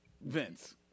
Vince